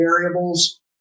variables